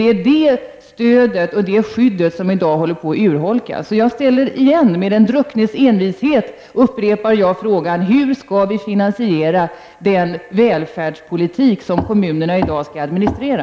Det stödet och skyddet håller i dag på att urholkas. Med den drucknes envishet upprepar jag frågan hur vi skall finansiera den välfärdspolitik som kommunerna i dag skall administrera.